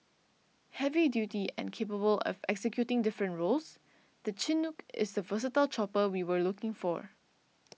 heavy duty and capable of executing different roles the Chinook is the versatile chopper we were looking for